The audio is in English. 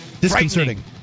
disconcerting